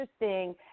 interesting